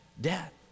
Death